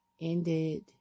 ended